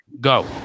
Go